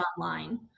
online